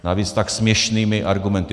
Navíc s tak směšnými argumenty.